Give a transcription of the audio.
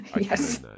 Yes